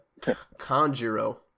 Conjuro